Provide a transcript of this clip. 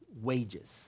wages